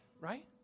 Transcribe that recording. right